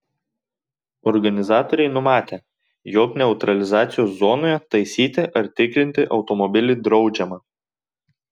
organizatoriai numatę jog neutralizacijos zonoje taisyti ar tikrinti automobilį draudžiama